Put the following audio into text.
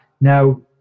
Now